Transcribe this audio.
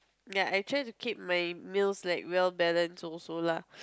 ya I try to keep my meals like well balanced also lah